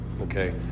Okay